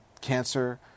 cancer